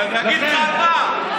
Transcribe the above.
השר חמד עמאר,